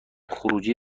خروجی